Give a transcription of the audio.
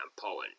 Poland